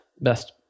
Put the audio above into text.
best